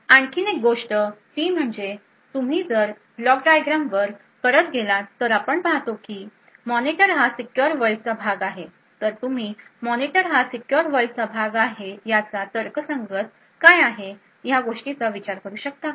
आणखी एक गोष्ट ती म्हणजे तुम्ही जर ब्लॉक डायग्रामवर परत गेलात तर आपण पाहतो की मॉनिटर हा सीक्युर वर्ल्डचा भाग आहे तर तुम्ही मॉनिटर हा सीक्युर वर्ल्डचा भाग आहे याचा तर्कसंगत काय आहे ह्या गोष्टीचा विचार करू शकता का